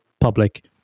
public